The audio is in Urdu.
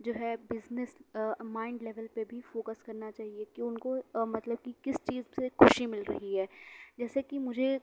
جو ہے بِزنس مائنڈ لیول پہ بھی فوکس کرنا چاہیے کہ اُن کو مطلب کہ کس چیز سے خوشی مِل رہی ہے جیسے کہ مجھے